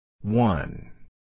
One